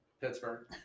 Pittsburgh